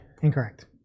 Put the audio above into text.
incorrect